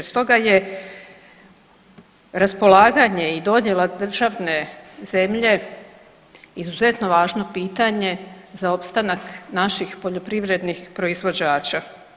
Stoga je raspolaganje i dodjela državne zemlje izuzetno važne pitanje za opstanak naših poljoprivrednih proizvođača.